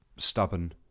Stubborn